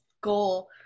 goal